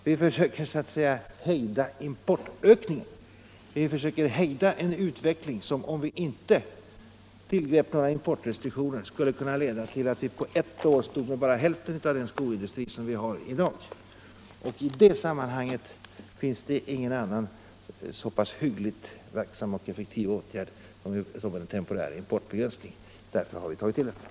Vi försöker hejda importökningen. Vi försöker hejda en utveckling som, om vi inte tillgrep några importrestriktioner, skulle kunna leda till att vi på ett år stod med bara hälften av den skoindustri vi har i dag. I det sammanhanget finns det ingen annan så pass hyggligt verksam och effektiv åtgärd som en temporär importbegränsning, och därför har vi tagit till den.